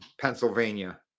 Pennsylvania